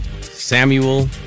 Samuel